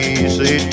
easy